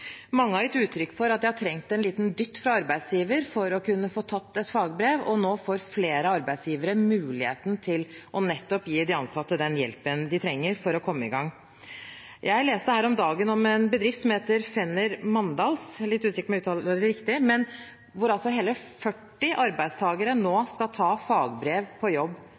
Mange har gitt uttrykk for at de har trengt en liten dytt fra arbeidsgiver for å kunne få tatt et fagbrev, og nå får flere arbeidsgivere mulighet til nettopp å gi de ansatte den hjelpen de trenger for å komme i gang. Jeg leste her om dagen om en bedrift som heter Fenner Mandals, hvor hele 40 arbeidstakere nå skal ta fagbrev på jobb